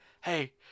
hey